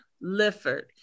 Lifford